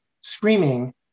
screaming